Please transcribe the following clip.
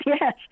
yes